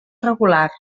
regular